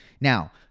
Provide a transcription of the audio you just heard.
Now